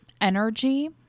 energy